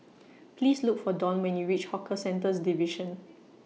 Please Look For Don when YOU REACH Hawker Centres Division